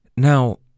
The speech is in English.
Now